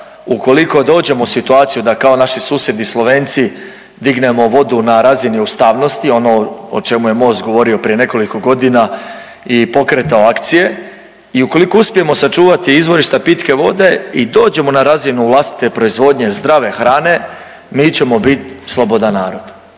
ukoliko dođemo u situaciju da kao naši susjedi Slovenci dignemo vodu na razini ustavnosti ono o čemu je MOST govorio prije nekoliko godina i pokretao akcije i ukoliko uspijemo sačuvati izvorišta pitke vode i dođemo na razinu vlastite proizvodnje zdrave hrane mi ćemo biti slobodan narod,